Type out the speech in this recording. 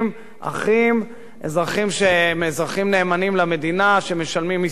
שהם נאמנים למדינה, שמשלמים מסים ומשרתים אותה.